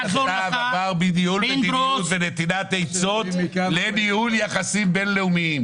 עבר מניהול מדיניות ונתינת עצמות לניהול יחסים בין-לאומיים.